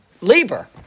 labor